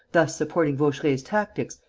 thus supporting vaucheray's tactics,